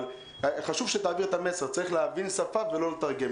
אבל חשוב שתעביר את המסר צריך להבין שפה ולא לתרגם.